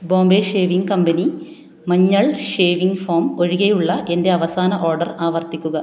Bombay shaving company മഞ്ഞൾ shaving foam ഒഴികെയുള്ള എന്റെ അവസാന ഓഡർ ആവർത്തിക്കുക